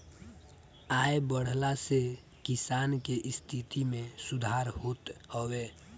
आय बढ़ला से किसान के स्थिति में सुधार होत हवे